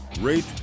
rate